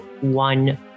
one